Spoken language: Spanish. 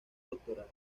doctorado